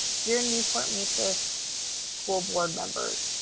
dear newport mesa so school board members,